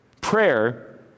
Prayer